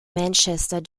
manchester